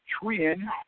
Twin